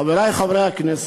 חברי חברי הכנסת,